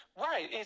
Right